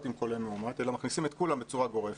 עם חולה מאומת אלא מכניסים את כולם בצורה גורפת.